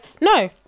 no